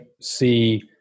see